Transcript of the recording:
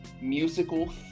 musical